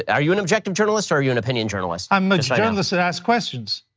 are you an objective journalist or are you an opinion journalist? i'm a journalist that asks questions.